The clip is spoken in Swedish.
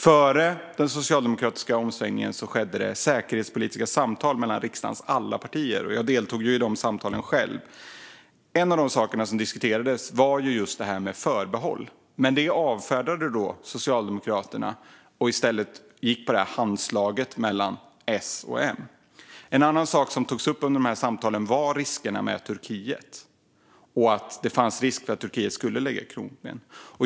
Före den socialdemokratiska omsvängningen skedde det säkerhetspolitiska samtal mellan riksdagens alla partier. Jag deltog själv i dessa samtal. En av de saker som diskuterades var just detta med förbehåll. Men det avfärdade Socialdemokraterna och gick i stället på handslaget mellan S och M. En annan sak som togs upp under dessa samtal var riskerna med Turkiet och att det fanns risk för att Turkiet skulle lägga krokben.